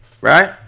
Right